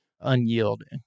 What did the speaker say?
unyielding